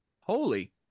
Holy